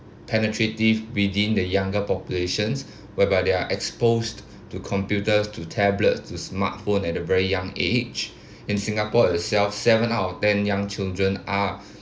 penetrative within the younger populations whereby they are exposed to computers to tablets to smartphone at a very young age in singapore herself seven out of ten young children are